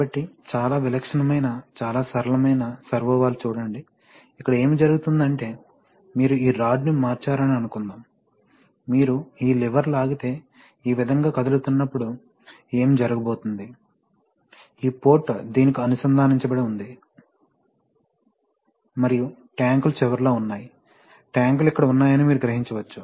కాబట్టి చాలా విలక్షణమైన చాలా సరళమైన సర్వో వాల్వ్ చూడండి ఇక్కడ ఏమి జరుగుతుందంటే మీరు ఈ రాడ్ ని మార్చారని అనుకుందాం మీరు ఈ లివర్ లాగితే ఈ విధంగా కదులుతున్నప్పుడు ఏమి జరగబోతోంది ఈ పోర్ట్ దీనికి అనుసంధానించబడుతుంది మరియు ట్యాంకులు చివరలో ఉన్నాయి ట్యాంకులు ఇక్కడ ఉన్నాయని మీరు గ్రహించవచ్చు